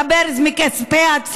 תתבייש לך, תכף אני אענה גם לך.